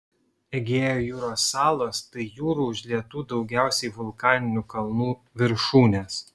egėjo jūros salos tai jūrų užlietų daugiausiai vulkaninių kalnų viršūnės